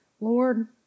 Lord